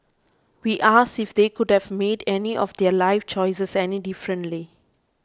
we asked if they would have made any of their life choices any differently